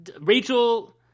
Rachel